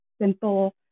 simple